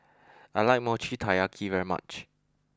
I like Mochi Taiyaki very much